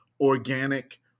organic